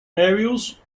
aerials